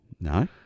No